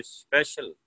special